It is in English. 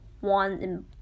one